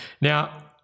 Now